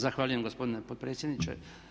Zahvaljujem gospodine potpredsjedniče.